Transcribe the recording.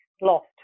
lost